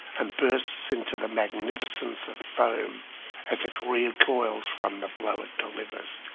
and bursts into the magnificence of foam as it recoils from the blow it delivers.